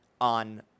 on